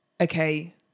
okay